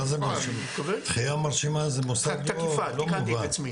מה זה מרשימה, זה מושג לא מובן.